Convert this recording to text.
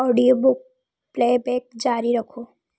audiobook playback जारी रखो